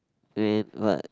and what